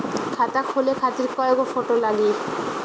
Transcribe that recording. खाता खोले खातिर कय गो फोटो लागी?